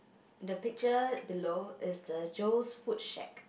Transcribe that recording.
the picture below is the Joe's fruit shake